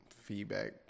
feedback